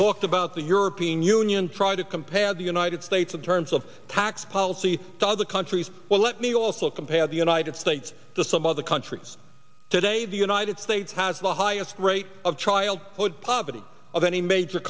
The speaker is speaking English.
talked about the european union tried to compare the united states in terms of tax policy does a country's well let me also compare the united states to some other countries today the united states has the highest rate of childhood poverty of any major